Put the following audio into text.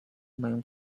mają